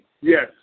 Yes